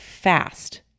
fast